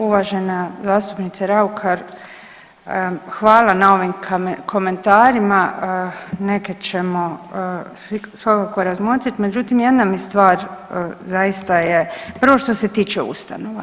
Uvažena zastupnice Raukar, hvala na ovim komentarima, neke ćemo svakako razmotriti, međutim jedna mi stvar zaista je, prvo što se tiče ustanova.